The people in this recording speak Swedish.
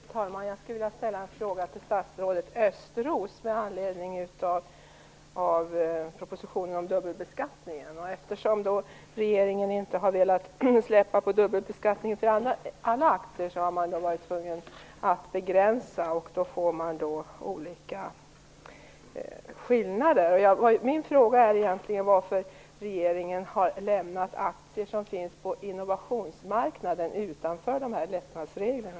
Fru talman! Jag skulle vilja ställa en fråga till statsrådet Östros med anledning av propositionen om dubbelbeskattning. Eftersom regeringen inte har velat ge efter när det gäller dubbelbeskattning på alla aktier, har man varit tvungen att göra en begränsning, vilket gör att det blir en del skillnader. Min fråga är varför regeringen har lämnat de aktier som finns på innovationsmarknaden utanför lättnadsreglerna.